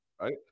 right